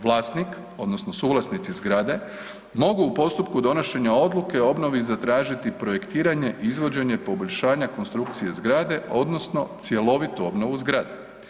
Vlasnik, odnosno suvlasnici zgrade mogu u postupku donošenja odluke o obnovi zatražiti projektiranje i izvođenje poboljšanja konstrukcije zgrade, odnosno cjelovitu obnovu zgrade.